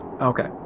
okay